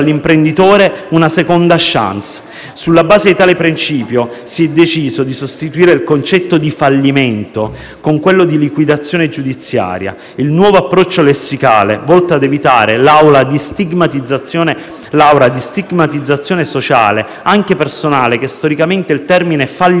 Sulla base di tale principio, si è deciso di sostituire il concetto di fallimento con quello di liquidazione giudiziaria. Il nuovo approccio lessicale, volto a evitare l'aura di stigmatizzazione sociale, anche personale, che storicamente il termine fallimento